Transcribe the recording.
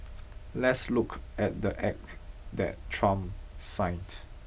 let's look at the act that Trump signed